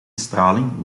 straling